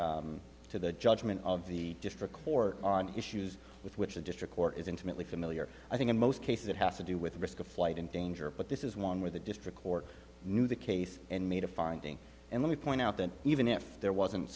the to the judgment of the district court on issues with which a district court is intimately familiar i think in most cases it has to do with risk of flight and danger but this is one where the district court knew the case and made a finding and let me point out that even if there wasn't